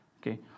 okay